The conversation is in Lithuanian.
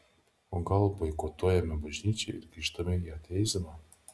o gal boikotuojame bažnyčią ir grįžtame į ateizmą